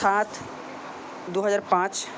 সাত দুহাজার পাঁচ